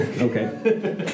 Okay